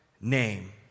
name